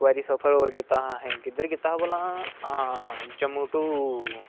इक बारी होर सफर कीता हा असें किद्धर कीता हा हां जम्मू टू